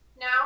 now